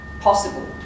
possible